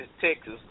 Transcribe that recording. Texas